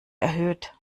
erhöht